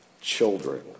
children